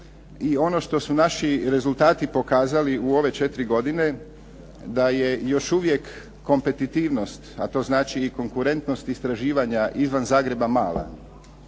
I ono što su naši rezultati pokazali u ove četiri godine da je još uvijek kompetitivnost a to znači i konkurentnost istraživanja izvan Zagreba mala,